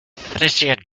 frisian